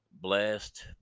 Blessed